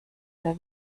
der